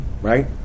Right